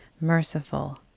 merciful